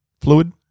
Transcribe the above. fluid